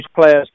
players